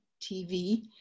TV